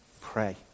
Pray